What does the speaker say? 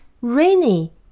rainy